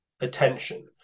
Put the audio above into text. attention